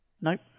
Nope